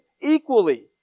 equally